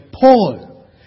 Paul